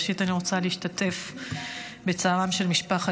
ראשית אני רוצה להשתתף בצערה של משפחת